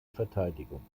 verteidigung